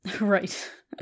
Right